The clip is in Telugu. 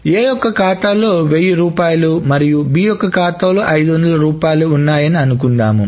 A యొక్క ఖాతాలో 1000 రూపాయలు మరియు B యొక్క ఖాతాలో 500 రూపాయలు ఉన్నాయి అని అనుకుందాము